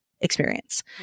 experience